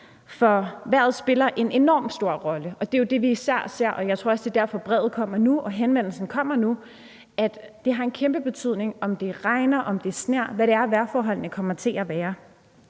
vejr. Vejret spiller en enormt stor rolle, og det er det, vi især ser. Jeg tror også, at det er derfor, brevet og henvendelsen kommer nu. Det har en kæmpe betydning, om det regner eller sner, eller hvad vejrforholdene kommer til at være.